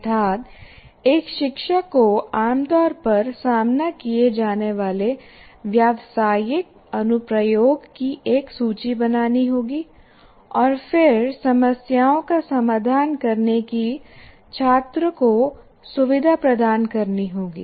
अर्थात् एक शिक्षक को आम तौर पर सामना किए जाने वाले व्यावसायिक अनुप्रयोग की एक सूची बनानी होगी और फिर समस्याओं का समाधान करने की छात्र को सुविधा प्रदान करनी होगी